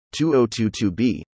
2022b